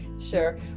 Sure